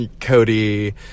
cody